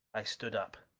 i stood up.